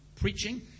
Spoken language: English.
preaching